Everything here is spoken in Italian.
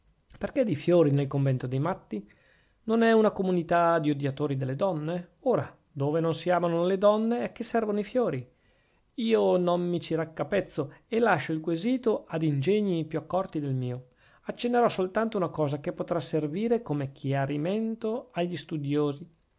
perchè dei fiori nel convento dei matti non è una comunità di odiatori delle donne ora dove non si amano le donne e che servono i fiori io non mi ci raccapezzo e lascio il quesito ad ingegni più accorti del mio accennerò soltanto una cosa che potrà servire come schiarimento agli studiosi